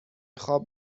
خواب